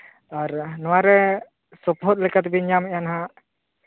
ᱟᱨ ᱱᱚᱣᱟᱨᱮ ᱥᱚᱯᱚᱦᱚᱫ ᱞᱮᱠᱟ ᱛᱮᱵᱤᱱ ᱧᱟᱢᱮᱫᱼᱟ ᱦᱟᱸᱜ